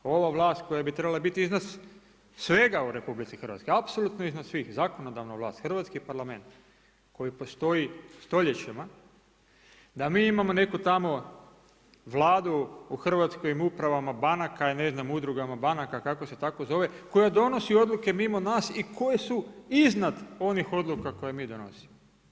Ova vlast koja bi trebala biti iznad svega u RH, apsolutno iznad svih, zakonodavna vlast, Hrvatski parlament koji postoji stoljećima da mi imamo neku tamo Vladu u hrvatskim upravama banka i ne znam udrugama banaka kako se tako zove koja donosi odluke mimo nas i koje su iznad onih odluka koje mi donosimo.